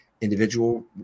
individual